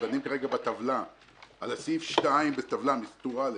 לגבי סעיף 2 בטור א',